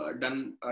done